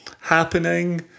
happening